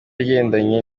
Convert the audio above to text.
agendanye